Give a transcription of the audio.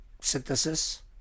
synthesis